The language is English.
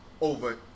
over